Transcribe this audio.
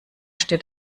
steht